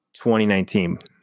2019